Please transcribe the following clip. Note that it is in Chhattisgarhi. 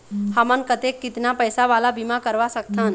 हमन कतेक कितना पैसा वाला बीमा करवा सकथन?